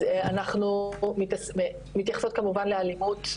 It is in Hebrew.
אז אנחנו מתייחסות כמובן לאלימות,